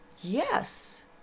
yes